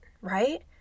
right